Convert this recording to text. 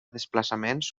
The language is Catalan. desplaçaments